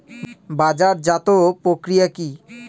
বাজারজাতও প্রক্রিয়া কি?